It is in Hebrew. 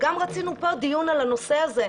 רצינו לקיים דיון פה על הנושא הזה,